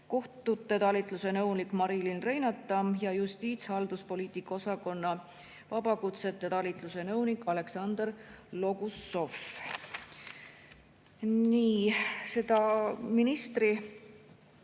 kohtute talituse nõunik Marilin Reintamm ja justiitshalduspoliitika osakonna vabakutsete talituse nõunik Aleksandr Logussov. Nii. Ministri